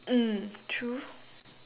mm true